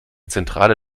zentrale